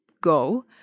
go